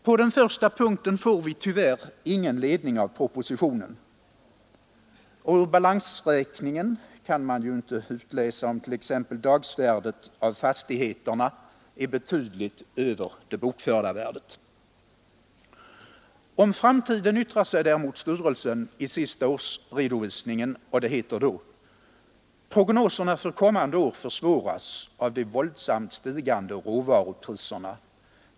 På den första punkten får vi tyvärr ingen ledning av propositionen, och ur balansräkningar kan man inte utläsa om t.ex. dagsvärdet av fastigheterna ligger betydligt över det bokförda värdet. Om framtiden yttrar sig däremot styrelsen i den senaste årsredovisningen, där det heter: ”Prognoserna för kommande år försvåras av de våldsamt stigande råvarupriserna.